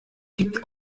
gibt